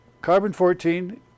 carbon-14